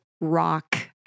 rock